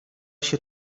się